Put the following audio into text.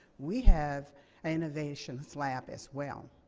we have an innovations lab as well,